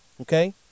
okay